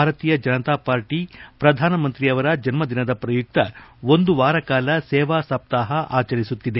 ಭಾರತೀಯ ಜನತಾಪಕ್ಷ ಪ್ರಧಾನಮಂತ್ರಿಯವರ ಜನ್ದಿನದ ಪ್ರಯುಕ್ತ ಒಂದು ವಾರಗಳ ಕಾಲ ಸೇವಾ ಸಪ್ತಾಪ ಅಚರಿಸುತ್ತಿದೆ